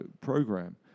program